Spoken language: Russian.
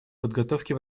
подготовки